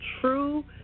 true